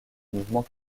mouvement